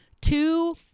two